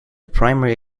primary